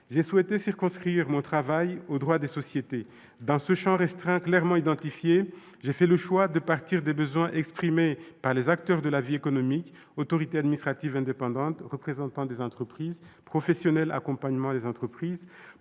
J'ai souhaité circonscrire mon travail au droit des sociétés. Dans ce champ restreint clairement identifié, j'ai fait le choix de partir des besoins exprimés par les acteurs de la vie économique- autorités administratives indépendantes, représentants des entreprises, professionnels accompagnant les entreprises,